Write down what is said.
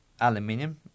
aluminium